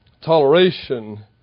toleration